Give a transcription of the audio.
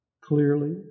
clearly